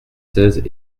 seize